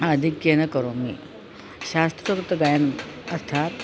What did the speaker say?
आधिक्येन करोमि शास्त्रोक्तगायनम् अर्थात्